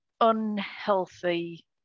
unhealthy